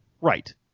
Right